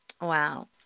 Wow